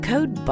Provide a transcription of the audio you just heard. Code